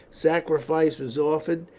sacrifice was offered,